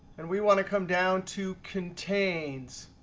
and we want to come down to contains.